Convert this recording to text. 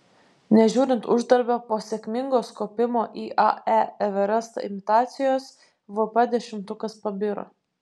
nežiūrint uždarbio po sėkmingos kopimo į ae everestą imitacijos vp dešimtukas pabiro